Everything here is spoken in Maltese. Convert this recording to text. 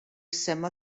semma